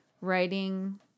writing